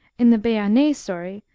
in the bearnais story,